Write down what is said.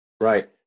Right